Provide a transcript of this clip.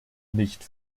nicht